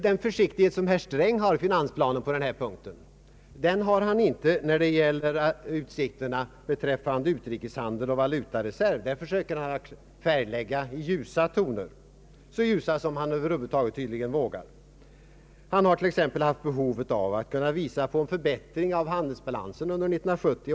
Den försiktighet som herr Sträng visar i finansplanen på denna punkt visar han inte när det gäller utsikterna för utrikeshandel och valutareserv. I dessa avseenden försöker han färglägga i ljusa toner, så ljusa som han över huvud taget tydligen vågar. Han har t.ex. haft ett behov av att kunna visa på en förbättring av handelsbalansen under år 1970.